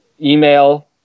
email